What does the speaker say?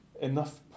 enough